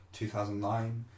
2009